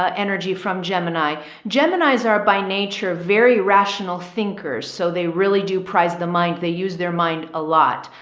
ah, energy from gemini geminis are by nature, very rational thinkers. so they really do prize the mind. they use their mind a lot.